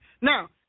Now